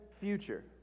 future